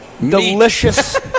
delicious